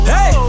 Hey